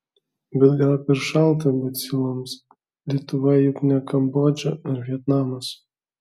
bet gal per šalta baciloms lietuva juk ne kambodža ar vietnamas